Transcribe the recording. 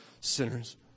sinners